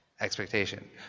expectation